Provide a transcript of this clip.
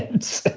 it's